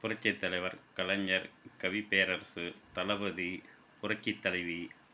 புரட்சி தலைவர் கலைஞர் கவிப்பேரரசு தளபதி புரட்சி தலைவி